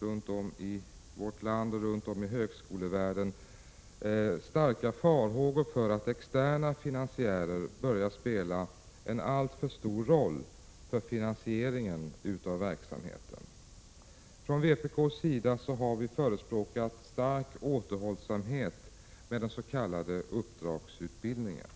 runt om i vårt land och runt om i högskolevärlden starka farhågor för att externa finansiärer börjar spela en alltför stor roll för finansieringen av verksamheten. Vi från vpk har förespråkat stark återhållsamhet med den s.k. uppdragsutbildningen.